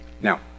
Now